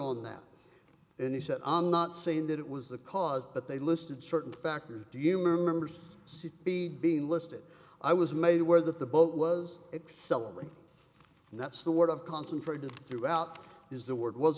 all that and he said i'm not saying that it was the cause but they listed certain factors do you remember sir c b being listed i was made aware that the boat was accelerating and that's the word of concentrated throughout is the word was